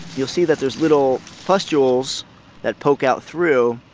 you'll see that there's little pustules that poke out through.